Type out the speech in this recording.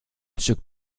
stück